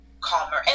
calmer